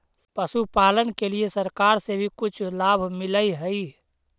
पशुपालन के लिए सरकार से भी कुछ लाभ मिलै हई?